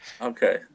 Okay